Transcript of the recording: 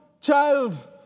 child